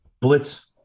blitz